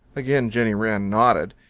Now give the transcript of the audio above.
again jenny wren nodded.